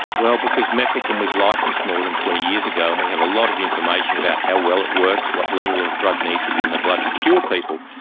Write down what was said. well, because mefloquine was licensed more than twenty years ago and we have a lot of information about how well it works, what level of drug needs to be in the blood to cure people.